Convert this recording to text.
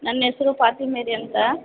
ನನ್ನ ಹೆಸರು ಫಾತಿಮ್ ಮೇರಿ ಅಂತ